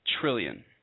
trillion